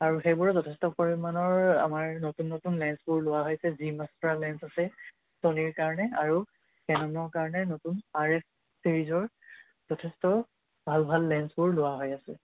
আৰু সেইবোৰৰ যথেষ্ট পৰিমাণৰ আমাৰ নতুন নতুন লেন্সবোৰ লোৱা হৈছে জি মাষ্টাৰ লেন্স আছে ছনীৰ কাৰণে আৰু কেননৰ কাৰণে নতুন আৰ এফ ছিৰিজৰ যথেষ্ট ভাল ভাল লেন্সবোৰ লোৱা হৈ আছে